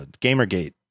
Gamergate